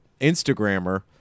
Instagrammer